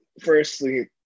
Firstly